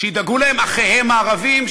שידאגו להם אחיהם הערבים,